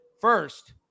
first